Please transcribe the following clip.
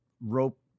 rope